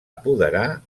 apoderar